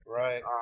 right